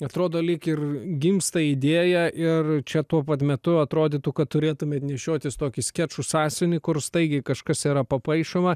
atrodo lyg ir gimsta idėja ir čia tuo pat metu atrodytų kad turėtumėt nešiotis tokį skečų sąsiuvinį kur staigiai kažkas yra papaišoma